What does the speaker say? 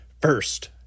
First